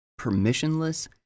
permissionless